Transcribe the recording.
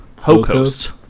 Ho-Coast